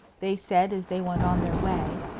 they said as they went on their way,